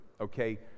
okay